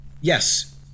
Yes